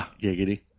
giggity